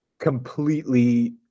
completely